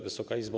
Wysoka Izbo!